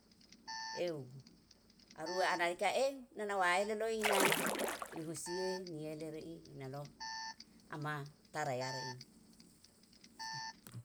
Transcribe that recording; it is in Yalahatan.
Eu arue ana ika eu nana waele loi na ihusie ni yele re'i inalo ama tara yara'i.